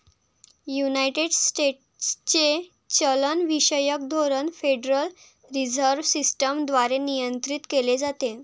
United स्टेट्सचे चलनविषयक धोरण फेडरल रिझर्व्ह सिस्टम द्वारे नियंत्रित केले जाते